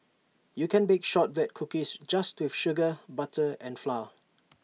you can bake Shortbread Cookies just with sugar butter and flour